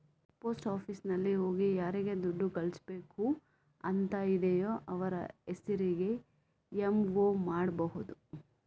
post ಆಫೀಸಿನಲ್ಲಿ ಹೋಗಿ ಯಾರಿಗೆ ದುಡ್ಡು ಕಳಿಸ್ಬೇಕು ಅಂತ ಇದೆಯೋ ಅವ್ರ ಹೆಸರಿಗೆ ಎಂ.ಒ ಮಾಡ್ಬಹುದು